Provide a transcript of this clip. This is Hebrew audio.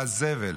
לזבל.